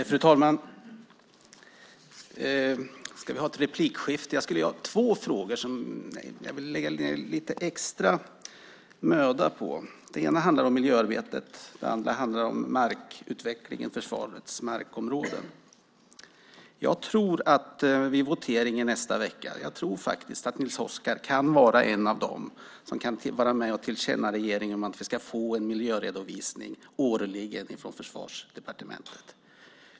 Fru talman! Jag har två frågor som jag vill lägga ned lite extra möda på. Den ena handlar om miljöarbete, och den andra handlar om markutvecklingen i försvarets markområden. Jag tror att vid voteringen nästa vecka kan Nils Oskar Nilsson vara en av dem som kan ge regeringen till känna att vi ska få en miljöredovisning årligen från Försvarsdepartementet.